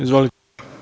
Izvolite.